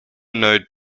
node